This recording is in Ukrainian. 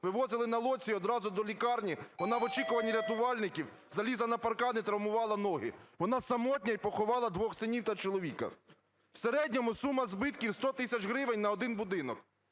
вивозили на лодці одразу до лікарні. Вона в очікуванні рятувальників залізла на паркан і травмувала ноги. Вона самотня і поховала двох синів та чоловіка. В середньому сума збитків – 100 тисяч гривень на один будинок.